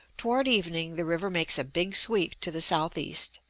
toward evening the river makes a big sweep to the southeast,